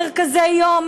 מרכזי-יום,